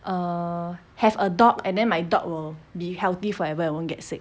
err have a dog and then my dog will be healthy forever and won't get sick